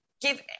give